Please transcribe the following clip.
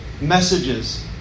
messages